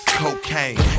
cocaine